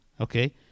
okay